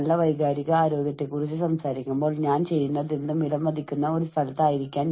നമ്മൾ മനസ്സിന്റെ ആരോഗ്യത്തെ കുറിച്ച് സംസാരിക്കുമ്പോൾ നമ്മൾ സംസാരിക്കുന്നത് നമ്മുടെ സമ്മർദ്ദ നിലകളെക്കുറിച്ചാണ്